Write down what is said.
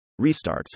restarts